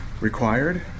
required